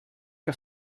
que